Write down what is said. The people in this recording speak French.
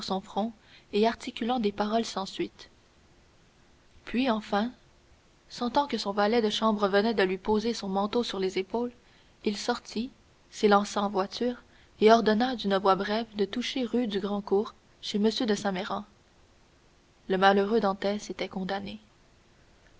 front et articulant des paroles sans suite puis enfin sentant que son valet de chambre venait de lui poser son manteau sur les épaules il sortit s'élança en voiture et ordonna d'une voix brève de toucher rue du grand cours chez m de saint méran le malheureux dantès était condamné